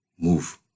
Move